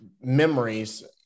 memories